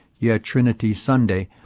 you had trinity sunday.